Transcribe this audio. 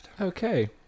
Okay